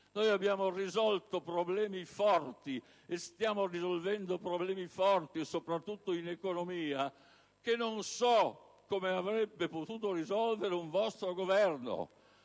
Noi abbiamo risolto e stiamo risolvendo problemi forti, soprattutto in economia, che non so come avrebbe potuto risolvere un vostro Governo,